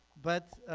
but